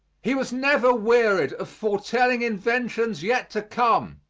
he was never wearied of foretelling inventions yet to come,